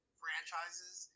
franchises